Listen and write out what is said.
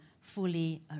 fully